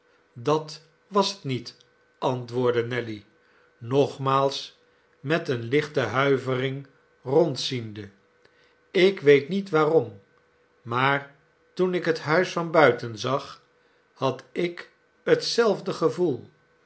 dat was het niet antwoordde nelly nogmaals met eene lichte huivering rondziende ik weet niet waarom maar toen ik het huis van buiten zag had ik hetzelfde gevoel